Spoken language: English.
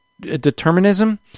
determinism